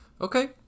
Okay